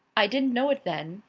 i didn't know it then.